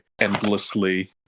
endlessly